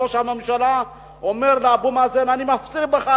ראש הממשלה אומר לאבו מאזן: אני מפציר בך,